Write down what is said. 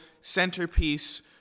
centerpiece